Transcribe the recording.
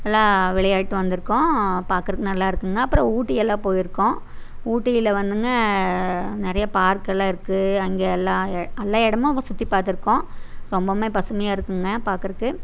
நல்லா விளையாடிவிட்டு வந்து இருக்கோம் பாக்குறதுக்கு நல்லா இருக்குங்க அப்புறம் ஊட்டி எல்லாம் போயி இருக்கோம் ஊட்டியில் வந்துங்க நிறையா பார்க்கெல்லாம் இருக்கு அங்கே எல்லா எல்லா இடமும் அங்கே சுற்றி பார்த்துருக்கோம் ரொம்பவுமே பசுமையாக இருக்குங்க பாக்குறதுக்கு